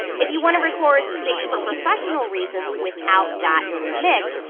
if you want to record, say for professional reasons, without that in the mix,